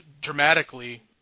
dramatically